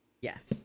Yes